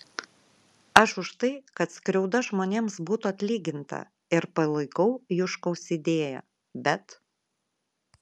aš už tai kad skriauda žmonėms būtų atlyginta ir palaikau juškaus idėją bet